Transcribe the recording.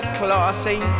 classy